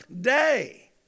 day